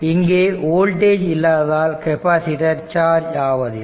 இங்கே வோல்டேஜ் இல்லாததால் capacitor charge ஆவதில்லை